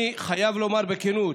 אני חייב לומר בכנות,